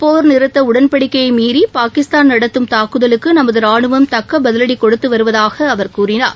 போ் நிறுத்தஉடன்படிக்கையைமீறிபாகிஸ்தான் நடத்தம் தாக்குதலுக்குநமதுராணுவம் தக்கபதிலடிகொடுத்துவருவதாகஅவர் கூறினார்